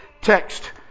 text